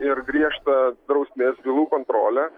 ir griežtą drausmės bylų kontrolę